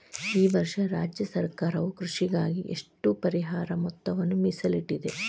ಈ ವರ್ಷ ರಾಜ್ಯ ಸರ್ಕಾರವು ಕೃಷಿಗಾಗಿ ಎಷ್ಟು ಪರಿಹಾರ ಮೊತ್ತವನ್ನು ಮೇಸಲಿಟ್ಟಿದೆ?